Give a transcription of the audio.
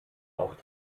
auch